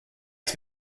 its